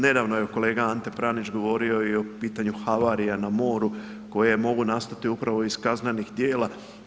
Nedavno je kolega Ante Pranić govorio i o pitanju havarija na moru koje mogu nastati upravo iz kaznenih djela.